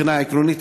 מבחינה עקרונית,